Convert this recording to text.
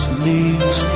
knees